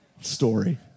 story